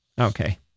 Okay